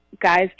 guys